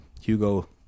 Hugo